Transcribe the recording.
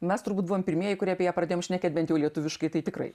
mes turbūt buvom pirmieji kurie apie ją pradėjom šnekėt bent lietuviškai tai tikrai